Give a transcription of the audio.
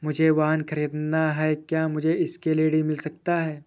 मुझे वाहन ख़रीदना है क्या मुझे इसके लिए ऋण मिल सकता है?